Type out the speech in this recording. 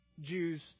Jews